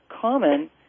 common